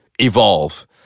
evolve